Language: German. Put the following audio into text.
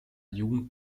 jugend